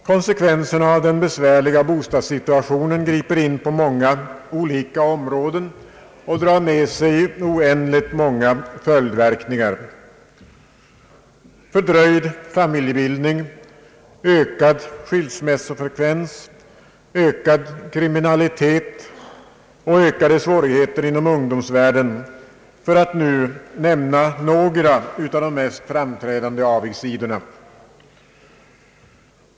Konsekvenserna av den besvärliga bostadssituationen griper in på en mängd olika områden och drar med sig oändligt många följdverkningar: fördröjd familjebildning, ökad <skilsmässofrekvens, ökad kriminalitet och ökade svårigheter inom ungdomsvärlden, för att nu nämna några av de mest framträdande avigsidorna.